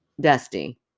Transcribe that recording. dusty